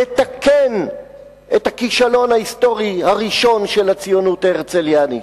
לתקן את הכישלון ההיסטורי הראשון של הציונות ההרצליאנית.